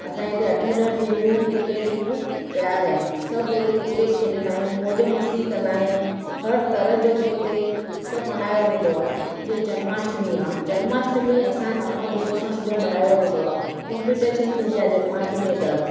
असांजे हिते अठ ॾह टिमियूं क्रिकेट जूं तयारु आहिनि सभु उहे क्रिकेट खेॾंदा आहियूं मौज़ मस्ती कंदा आहियूं हर तरह जो हिते सभु मल्हायो वेंदो आहे जीअं जन्माष्टमी आहे जन्माष्टमी असां धाम धूम सां सॼो मल्हायो वेंदो आहे कॉम्पिटिशन थींदी आहे जन्माष्टमी ते